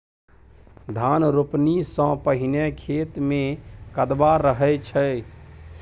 धान रोपणी सँ पहिने खेत मे कदबा रहै छै